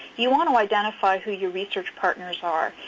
you want to identify who your research partners are.